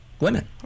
women